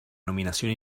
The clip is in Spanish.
nominación